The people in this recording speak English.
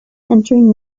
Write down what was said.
entering